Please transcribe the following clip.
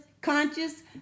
conscious